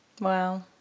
Wow